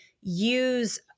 use